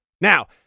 Now